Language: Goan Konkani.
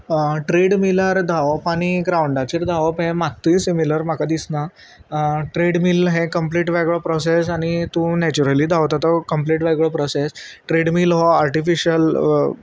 ट्रेडमिलार धांवप आनी ग्रावंडाचेर धांवप हें मात्तूय सिमीलर म्हाका दिसना ट्रेडमील हें कंप्लीट वेगळो प्रोसेस आनी तूं नॅचरली धांवता तो कंप्लीट वेगळो प्रोसेस ट्रेडमील हो आर्टिफिशल